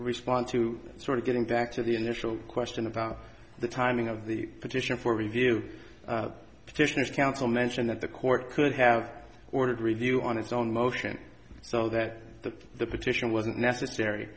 respond to sort of getting back to the initial question about the timing of the petition for review petitions counsel mentioned that the court could have ordered a review on its own motion so that the the petition wasn't necessary